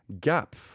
Gap